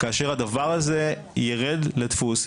כאשר הדבר הזה יירד לדפוס,